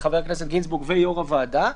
חבר הכנסת גינזבורג ויושב-ראש הוועדה,